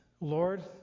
Lord